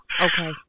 Okay